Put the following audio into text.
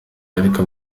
ariko